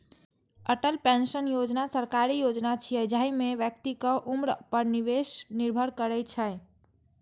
Atal pension Yojana सरकारी योजना छियै, जाहि मे व्यक्तिक उम्र पर निवेश निर्भर करै छै